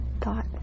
thought